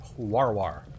Warwar